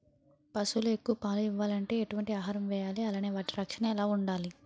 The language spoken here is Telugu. పశువులు ఎక్కువ పాలు ఇవ్వాలంటే ఎటు వంటి ఆహారం వేయాలి అలానే వాటి రక్షణ ఎలా వుండాలి?